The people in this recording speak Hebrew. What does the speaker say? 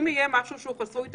אם יהיה משהו שהוא חסוי,